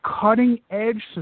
cutting-edge